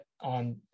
on